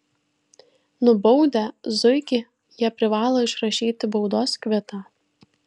nubaudę zuikį jie privalo išrašyti baudos kvitą